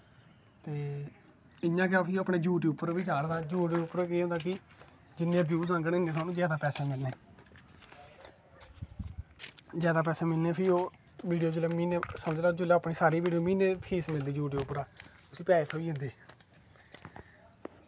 ते इयां गै ओह् फ्ही यूटयूव पर चाढ़दा यूटयूब पर केह् होंदा कि जिन्नें ब्यू आंदे नै उन्नें थोआनू पैसे मिलनें जादा पैसे मिलनें फ्ही बीडियो ओह् समझी लैओ महीनें दी फीस लैंदी यूटयूव पूरा उसी पैसे थ्होई जंदे